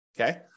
Okay